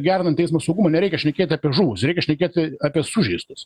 gerinant eismo saugumo nereikia šnekėt apie žuvus reikia šnekėti apie sužeistus